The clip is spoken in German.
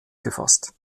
gefasst